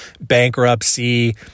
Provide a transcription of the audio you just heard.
bankruptcy